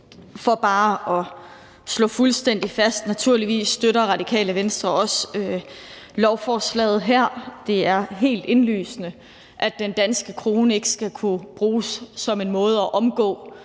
For bare at slå det fuldstændig fast: Naturligvis støtter Radikale Venstre også lovforslaget her. Det er helt indlysende, at den danske krone ikke skal kunne bruges som en måde at omgå